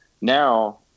Now